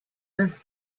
rope